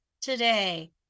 today